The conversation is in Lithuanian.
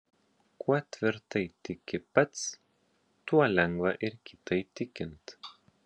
kuo tvirtai tiki pats tuo lengva ir kitą įtikint